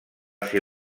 ser